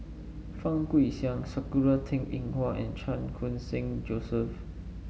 Fang Guixiang Sakura Teng Ying Hua and Chan Khun Sing Joseph